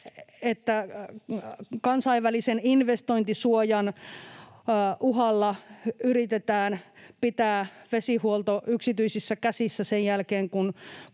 että kansainvälisen investointisuojan uhalla yritetään pitää vesihuolto yksityisissä käsissä sen jälkeen,